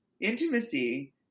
intimacy